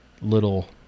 little